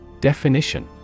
Definition